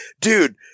dude